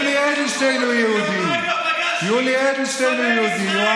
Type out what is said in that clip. אנחנו לא ניתן לכם להסית נגדנו.